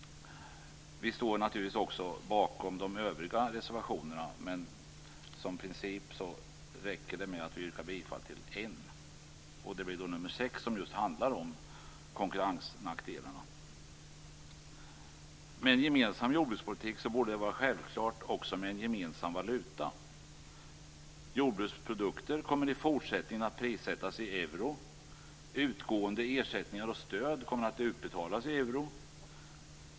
Vi står naturligtvis också bakom våra övriga reservationer, men jag yrkar bifall bara till en av dem. Med en gemensam jordbrukspolitik borde det också vara självklart med en gemensam valuta. Jordbruksprodukter kommer i fortsättningen att prissättas i euro. Utgående ersättningar och stöd kommer att utbetalas i euro.